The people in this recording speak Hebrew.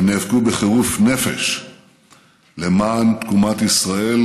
הם נאבקו בחירוף נפש למען תקומת ישראל,